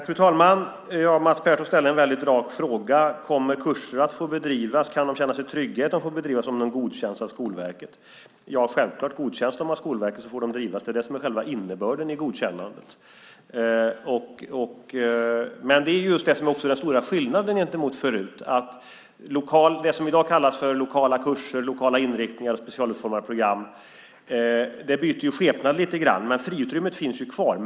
Fru talman! Mats Pertoft ställer en väldigt rak fråga: Kommer skolorna att kunna känna trygghet att bedriva kurser om de godkänns av Skolverket? Ja, självklart, godkänns de av Skolverket får de drivas. Det är det som är själva innebörden i godkännandet. Det är det som är den stora skillnaden gentemot förut. Det som i dag kallas för lokala kurser, lokala inriktningar och specialutformade program byter skepnad lite grann, men friutrymmet finns kvar.